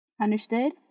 Understood